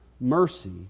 mercy